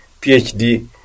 PhD